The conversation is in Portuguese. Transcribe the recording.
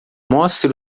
mostre